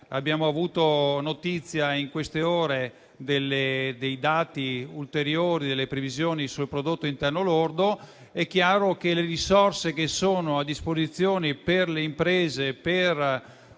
(abbiamo avuto notizia in queste ore dei dati ulteriori e delle previsioni sul prodotto interno lordo), è chiaro che le risorse che sono a disposizione delle imprese per